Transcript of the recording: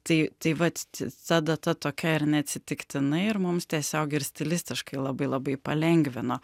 tai tai vat ta data tokia ir neatsitiktinai ir mums tiesiog ir stilistiškai labai labai palengvino